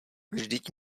vždyť